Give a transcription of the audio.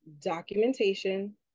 documentation